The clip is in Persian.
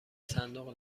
صندوق